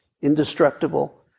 indestructible